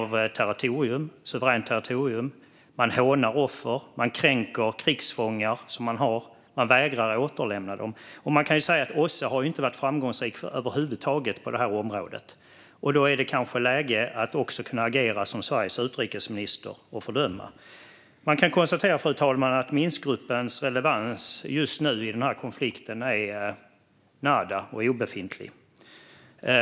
Man kränker suveränt territorium. Man hånar offer. Man kränker krigsfångar och vägrar att återlämna dem. OSSE har över huvud taget inte varit framgångsrika på det här området. Då är det kanske läge att agera som Sveriges utrikesminister och fördöma detta. Det kan konstateras, fru talman, att Minskgruppens relevans i denna konflikt just nu är nada - den är obefintlig.